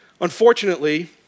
Unfortunately